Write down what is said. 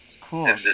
Cool